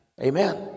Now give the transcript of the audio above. Amen